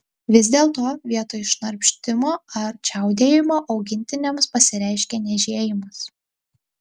vis dėlto vietoj šnarpštimo ar čiaudėjimo augintiniams pasireiškia niežėjimas